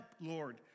Lord